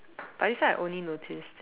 but this one I only noticed